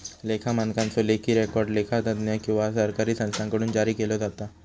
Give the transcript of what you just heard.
लेखा मानकांचो लेखी रेकॉर्ड लेखा तज्ञ किंवा सरकारी संस्थांकडुन जारी केलो जाता